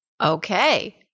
Okay